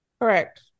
Correct